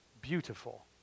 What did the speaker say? beautiful